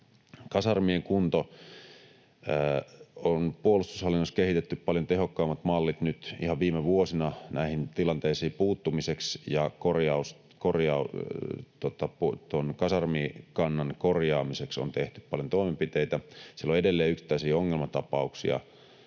Kasarmien kunto — puolustushallinnossa on nyt ihan viime vuosina kehitetty paljon tehokkaammat mallit näihin tilanteisiin puuttumiseksi, ja kasarmikannan korjaamiseksi on tehty paljon toimenpiteitä. Siellä on edelleen yksittäisiä ongelmatapauksia,